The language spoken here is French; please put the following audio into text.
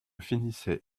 finissait